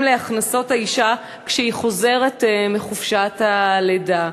להכנסות האישה כשהיא חוזרת מחופשת הלידה.